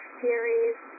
series